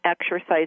exercise